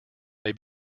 may